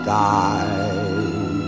die